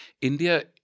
India